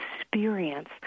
experience